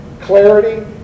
clarity